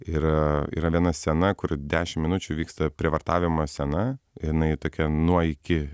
ir yra viena scena kur dešimt minučių vyksta prievartavimo scena jinai tokia nuo iki